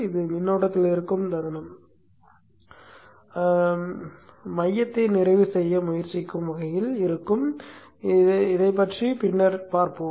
இது மின்னோட்டத்தில் இருக்கும் தருணம் மையத்தை நிறைவு செய்ய முயற்சிக்கும் வகையில் இருக்கும் இதைப் பற்றி பின்னர் பார்ப்போம்